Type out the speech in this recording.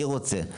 אני רוצה,